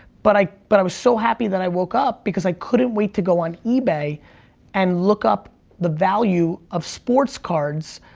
but i but i was so happy that i woke up because i couldn't wait to go on ebay and look up the value of sports cards,